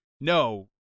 no